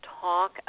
talk